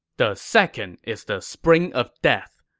the second is the spring of death.